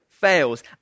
fails